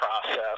process